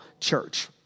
church